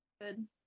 good